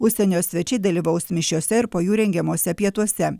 užsienio svečiai dalyvaus mišiose ir po jų rengiamuose pietuose